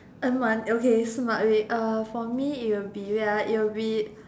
earn mon~ okay smart way uh for me it will be wait ah it will be